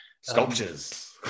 Sculptures